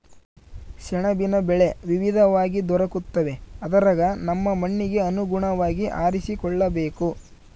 ಸೆಣಬಿನ ಬೆಳೆ ವಿವಿಧವಾಗಿ ದೊರಕುತ್ತವೆ ಅದರಗ ನಮ್ಮ ಮಣ್ಣಿಗೆ ಅನುಗುಣವಾಗಿ ಆರಿಸಿಕೊಳ್ಳಬೇಕು